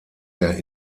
der